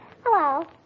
Hello